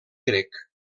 grec